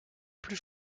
plus